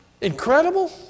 incredible